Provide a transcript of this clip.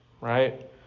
Right